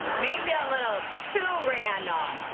maybe a little too random. um